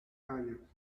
años